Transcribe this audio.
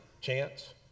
chance